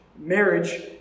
Marriage